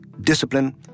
discipline